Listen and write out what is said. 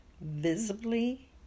visibly